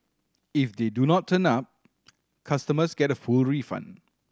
if they do not turn up customers get a full refund